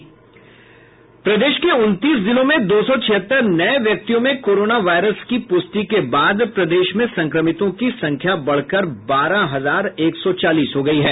प्रदेश के उनतीस जिलों में दो सौ छिहत्तर नये व्यक्तियों में कोरोना वायरस की प्रष्टि के बाद प्रदेश में संक्रमितों की संख्या बढ़कर बारह हजार एक सौ चालीस हो गयी है